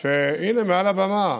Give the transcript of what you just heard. הינה, מעל הבמה,